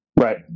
Right